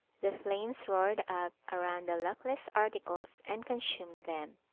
the flames roared up around the luckless articles and consumed them.